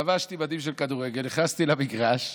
לבשתי מדים של כדורגל, נכנסתי למגרש,